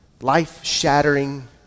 life-shattering